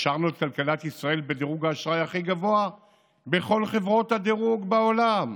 השארנו את כלכלת ישראל בדירוג האשראי הכי גבוה בכל חברות הדירוג בעולם.